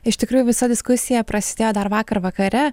iš tikrųjų visa diskusija prasidėjo dar vakar vakare